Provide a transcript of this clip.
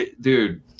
dude